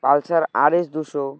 Pulsar R S দুশো